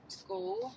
school